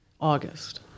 August